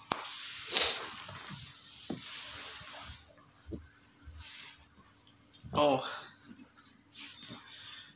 oh